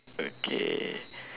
okay